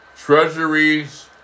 treasuries